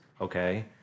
okay